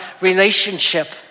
relationship